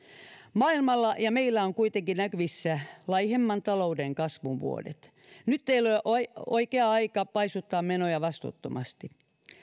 maailmalla ja meillä on kuitenkin näkyvissä laihemman talouden kasvun vuodet nyt ei ole oikea aika paisuttaa menoja vastuuttomasti